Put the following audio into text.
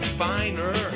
finer